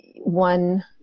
one